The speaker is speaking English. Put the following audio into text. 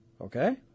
Okay